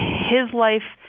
his life,